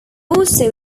also